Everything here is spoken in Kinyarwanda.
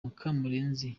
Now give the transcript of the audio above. mukamurenzi